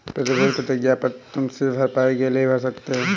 प्रतिभूति प्रतिज्ञा पत्र तुम सिर्फ भरपाई के लिए ही भर सकते हो